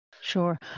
Sure